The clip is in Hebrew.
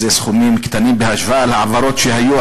אלה סכומים קטנים בהשוואה להעברות שהיו,